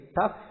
tough